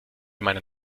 meiner